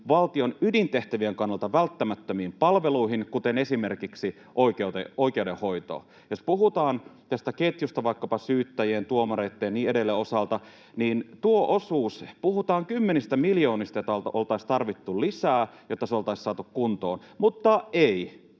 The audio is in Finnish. valtion ydintehtävien kannalta välttämättömiin palveluihin, esimerkiksi oikeudenhoitoon. Jos puhutaan tästä ketjusta vaikkapa syyttäjien, tuomareitten ja niin edelleen osalta, niin tuota osuutta — puhutaan kymmenistä miljoonista — oltaisiin tarvittu lisää, jotta se oltaisiin saatu kuntoon, mutta ei: